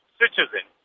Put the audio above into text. citizen